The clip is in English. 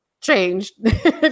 changed